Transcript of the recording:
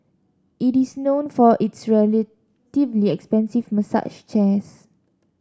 it is known for its relatively expensive massage chairs